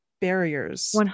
barriers